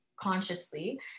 consciously